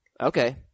Okay